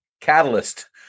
catalyst